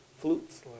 flutes